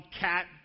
cat